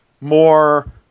more